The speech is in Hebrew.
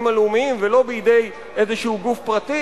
הלאומיים ולא בידי איזה גוף פרטי,